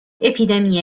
اپیدمی